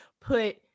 put